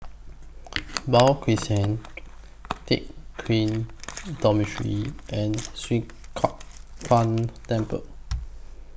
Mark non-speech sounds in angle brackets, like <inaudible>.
<noise> Beo Crescent Teck Kian Dormitory and Swee Kow Kuan Temple <noise>